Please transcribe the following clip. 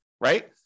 right